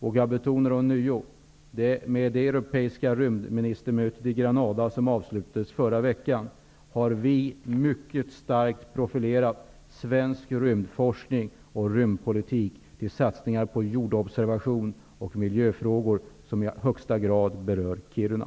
Jag betonar ånyo: Med det europeiska rymdministermötet i Granada, som avslutades förra veckan, har vi mycket starkt profilerat svensk rymdforskning och svensk rymdpolitik genom satsningar på jordobservation och miljöfrågor som i högsta grad berör Kiruna.